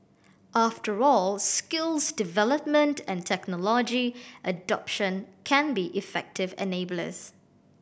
after all skills development and technology adoption can be effective enablers